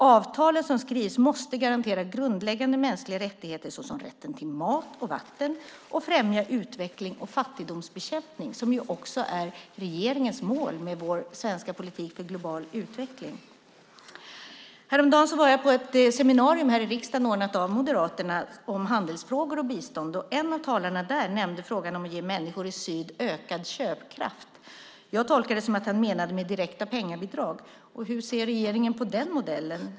Avtalen som skrivs måste garantera grundläggande mänskliga rättigheter såsom rätten till mat och vatten samt främja utveckling och fattigdomsbekämpning, vilket ju också är regeringens mål för vår svenska politik för global utveckling. Häromdagen var jag på ett seminarium här i riksdagen, ordnat av Moderaterna, om handelsfrågor och bistånd. En av talarna där nämnde frågan om att ge människor i syd ökad köpkraft. Jag tolkade det som att han menade att man skulle ge direkta pengabidrag. Hur ser regeringen på den modellen?